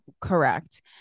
correct